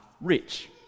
rich